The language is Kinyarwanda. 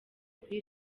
kuri